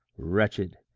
wretched,